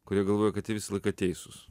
kurie galvoja kad jie visą laiką teisūs